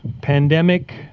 pandemic